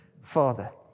Father